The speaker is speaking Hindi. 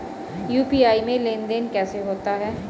यू.पी.आई में लेनदेन कैसे होता है?